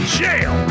jail